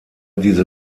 diese